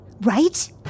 right